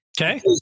Okay